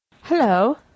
Hello